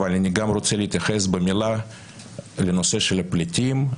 אבל אני גם רוצה להתייחס במילה לנושא הפליטים.